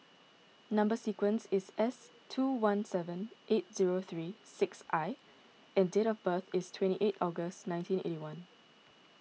Number Sequence is S two one seven eight zero three six I and date of birth is twenty eight August nineteen eighty one